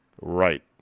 Right